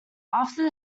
after